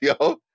yo